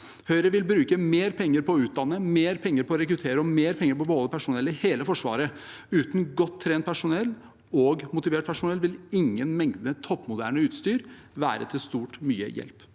Høyre vil bruke mer penger på å utdanne, rekruttere og beholde personell i hele Forsvaret. Uten godt trent og motivert personell vil ingen mengde toppmoderne utstyr være til stort mye hjelp.